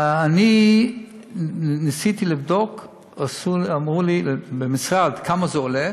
ואני ניסיתי לבדוק כמה זה עולה,